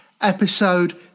episode